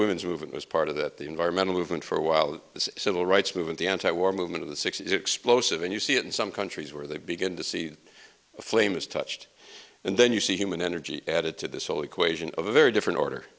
movement was part of that the environmental movement for a while the civil rights movement the anti war movement of the sixty's explosive and you see it in some countries where they begin to see a flame is touched and then you see human energy added to this whole equation of a very different order